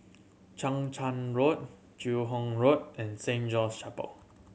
Chang Charn Road Joo Hong Road and Saint John's Chapel